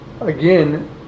again